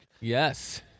yes